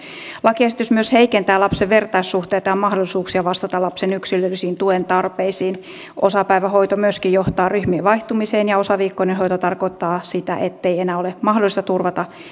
lakiesitys myös heikentää lapsen vertaissuhteita ja mahdollisuuksia vastata lapsen yksilöllisiin tuen tarpeisiin osapäivähoito myöskin johtaa ryhmien vaihtumiseen ja osaviikkoinen hoito tarkoittaa sitä ettei enää ole mahdollista turvata